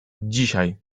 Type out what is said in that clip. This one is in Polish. dzisiaj